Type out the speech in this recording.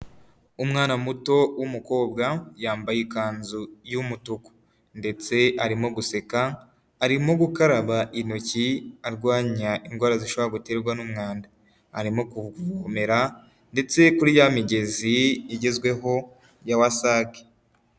Umwana muto w'umukobwa yambaye ikanzu y'umutuku ndetse arimo guseka arimo gukaraba intoki arwanya indwara zishobora guterwa n'umwanda arimo gukomera ndetse kuri ya migezi igezweho ya wasage.